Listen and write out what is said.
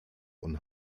und